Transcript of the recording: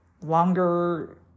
longer